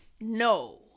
no